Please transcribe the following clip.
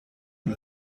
این